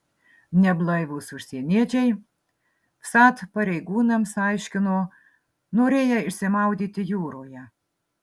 neblaivūs užsieniečiai vsat pareigūnams aiškino norėję išsimaudyti jūroje